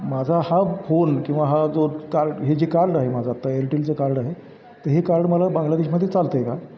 माझा हा फोन किंवा हा जो कार्ड हे जे कार्ड आहे माझं आता एअरटेलचं कार्ड आहे तर हे कार्ड मला बांग्लादेशमध्ये चालतं आहे का